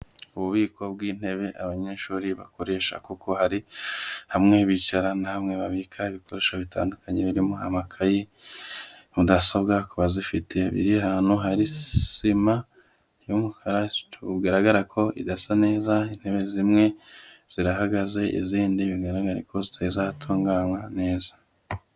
Ububiko bw'intebe abanyeshuri bakoresha, kuko hari hamwe bicara na hamwe babika ibikoresho bitandukanye birimo amakayi, mudasobwa ku bazifite, biri ahantu hari sima y'umukara bigaragara ko idasa neza, intebe zimwe zirahagaze izindi bigaragare ko zataratunganywa neza.